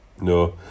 No